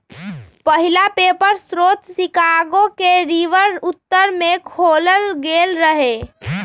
पहिला पेपर स्रोत शिकागो के रिवर उत्तर में खोलल गेल रहै